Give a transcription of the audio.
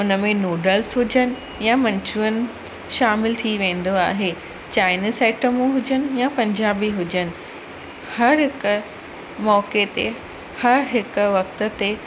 हुनमें नूडल्स हुजनि या मंचूरियन शामिलु थी वेंदो आहे चाइनीज़ आइटमूं हुजनि या पंजाबी हुजनि हर हिकु मौके ते हर हिकु वक़्त ते